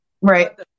right